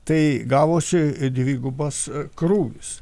tai gavosi dvigubas krūvis